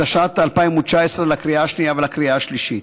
התשע"ט 2019, לקריאה השנייה ולקריאה השלישית.